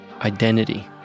identity